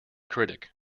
critic